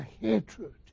hatred